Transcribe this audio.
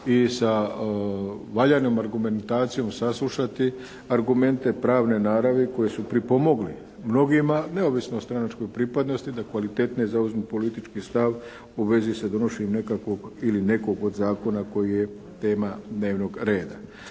i sa valjanom argumentacijom saslušati argumente pravne naravi koje su pripomogli mnogima neovisno o stranačkoj pripadnosti da kvalitetnije zauzmu politički stav u vezi sa donošenjem nekakvog ili nekog od zakona koji je tema dnevnog reda.